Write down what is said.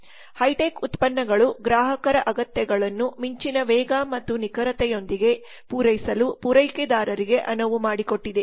high tech ಉತ್ಪನ್ನಗಳು ಗ್ರಾಹಕರ ಅಗತ್ಯಗಳನ್ನು ಮಿಂಚಿನ ವೇಗ ಮತ್ತು ನಿಖರತೆಯೊಂದಿಗೆ ಪೂರೈಸಲು ಪೂರೈಕೆದಾರರಿಗೆ ಅನುವು ಮಾಡಿಕೊಟ್ಟಿವೆ